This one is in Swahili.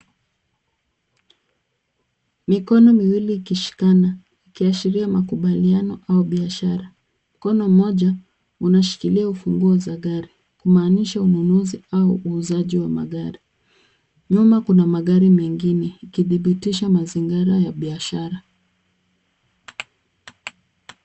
Mikono miwili ikishikana ikiashiria makubaliano au biashara. Mkono mmoja unashikilia funguo za gari kumaanisha ununuzi au uzaji wa magari. Nyuma kuna magari mengine ikitibitisha mazingara ya biashara.